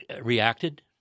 reacted